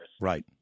Right